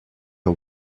the